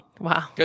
wow